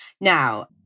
now